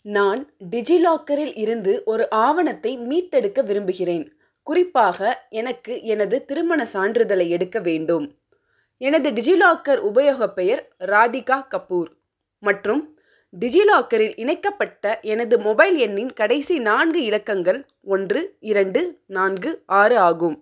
நான் டிஜிலாக்கரில் இருந்து ஒரு ஆவணத்தை மீட்டெடுக்க விரும்புகிறேன் குறிப்பாக எனக்கு எனது திருமண சான்றிதழை எடுக்க வேண்டும் எனது டிஜிலாக்கர் உபயோக பெயர் ராதிகா கபூர் மற்றும் டிஜிலாக்கரில் இணைக்கப்பட்ட எனது மொபைல் எண்ணின் கடைசி நான்கு இலக்கங்கள் ஒன்று இரண்டு நான்கு ஆறு ஆகும்